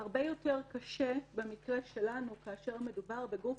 הרבה יותר קשה במקרה שלנו, כאשר מדובר בגוף